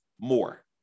more